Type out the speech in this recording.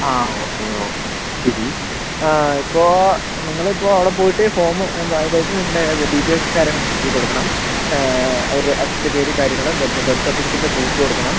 ആ okay okay ശരി ഇപ്പോൾ നിങ്ങൾ ഇപ്പോൾ അവിടെ പോയിട്ട് ഫോം അതായത് നിങ്ങളുടെ ഡീറ്റെയിൽസും കാര്യങ്ങളും എഴുതി കൊടുക്കണം അവർ അച്ഛൻ്റെ പേര് കാര്യങ്ങൾ പിന്നെ ബർത്ത് സർട്ടിഫിക്കറ്റിൻ്റെ കോപ്പി കൊടുക്കണം